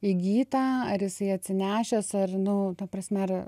įgyta ar esi atsinešęs ar nu ta prasme ar